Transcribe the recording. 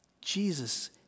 Jesus